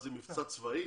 זה מבצע צבאי?